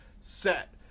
set